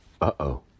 Uh-oh